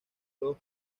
los